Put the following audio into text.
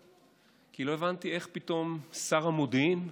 כי לא הבנתי איך פתאום שר המודיעין,